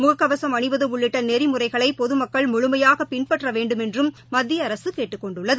முககவசம் அணிவதுஉள்ளிட்டநெறிமுறைகளைபொதுமக்கள் முழுமையாகபின்பற்றவேண்டுமென்றும் மத்தியஅரசுகேட்டுக் கொண்டுள்ளது